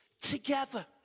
together